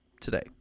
today